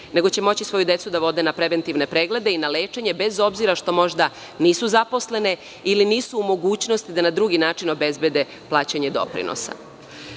nego će moći svoju decu da vode na preventivne preglede i na lečenje bez obzira što možda nisu zaposlene ili nisu u mogućnosti da na drugi način obezbede plaćanje doprinosa. Ništa